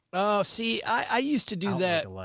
oh, see, i used to do that. like